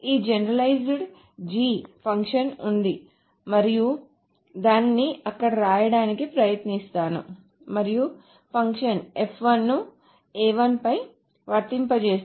ఈ generalized G function ఉంది మరియు దానిని అక్కడ వ్రాయడానికి ప్రయత్నిస్తాను మరియు ఫంక్షన్ ను ఫై వర్తింపజేస్తున్నారు